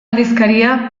aldizkaria